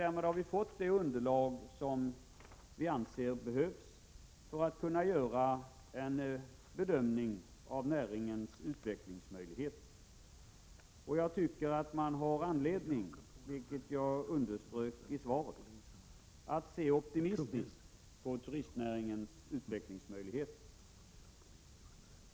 Därmed har vi fått det underlag som vi anser behövs för att kunna göra en bedömning av näringens utvecklingsmöjligheter. Jag tycker att det finns anledning -— vilket jag underströk i svaret — att se optimistiskt på turistnäringens utvecklingsmöjligheter.